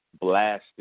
blasted